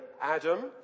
Adam